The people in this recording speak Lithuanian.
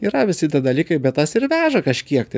yra visi tie dalykai bet tas ir veža kažkiek tai